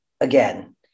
again